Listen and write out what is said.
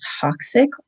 toxic